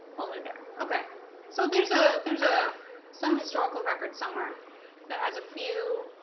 only there okay so there's a there's a some historical record somewhere that has a few